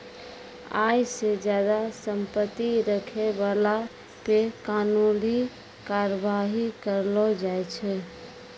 आय से ज्यादा संपत्ति रखै बाला पे कानूनी कारबाइ करलो जाय छै